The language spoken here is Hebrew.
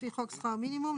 לפי חוק שכר מינימום,